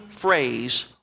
phrase